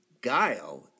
Guile